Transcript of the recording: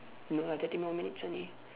no lah thirty more minutes only